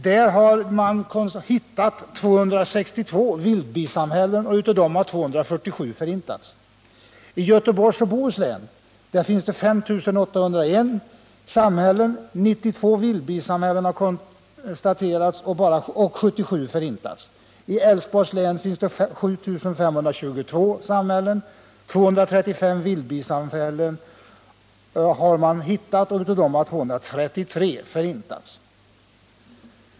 Där har man hittat 262 vildbisamhällen, och av dem har 247 förintats. I Göteborgs och Bohus län finns 5 801 samhällen, 92 vildbisamhällen har konstaterats och 77 förintats. I Älvsborgs län finns 7 522 samhällen. 235 vildbisamhällen har hittats, och av dem har 233 förintats.